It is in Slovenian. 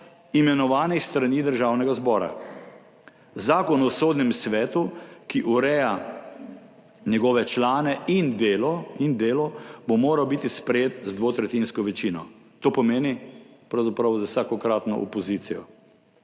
imenovanih s strani Državnega zbora. Zakon o sodnem svetu, ki ureja njegove člane in delo, bo moral biti sprejet z dvotretjinsko večino, to pomeni pravzaprav z vsakokratno opozicijo.